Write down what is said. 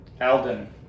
Alden